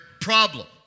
problem